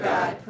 God